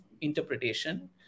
interpretation